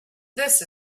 this